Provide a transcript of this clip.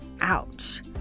ouch